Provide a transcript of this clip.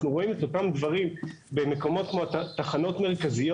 אנחנו רואים את אותם דברים במקומות כמו תחנות מרכזיות,